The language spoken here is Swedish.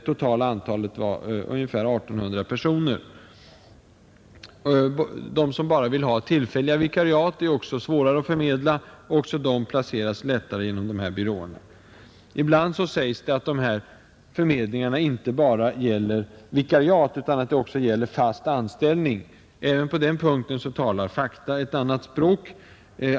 Det totala antalet var ungefär 1 800 personer, Ibland sägs att förmedlingarna inte bara gäller vikariat utan även fast anställning. Även på den punkten talar fakta ett annat språk.